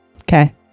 okay